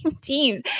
teams